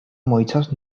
მოიცავს